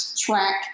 track